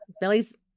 Billy's